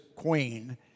Queen